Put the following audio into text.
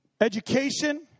education